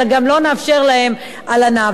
אלא גם לא נאפשר להם הלנה.